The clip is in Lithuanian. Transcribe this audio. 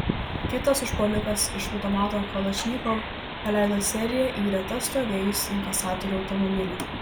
kitas užpuolikas iš automato kalašnikov paleido seriją į greta stovėjusį inkasatorių automobilį